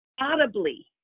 audibly